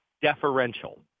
deferential